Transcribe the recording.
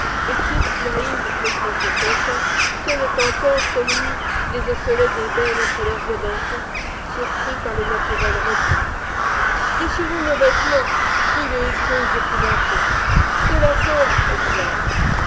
et qui naïves le front sur son sein tiennent encore comme lui des osselets d'ébène entre leurs doigts d'enfants surpris par le naturel repos déchirons nos vêtements crient les hébreuses épouvantées de la cendre esclaves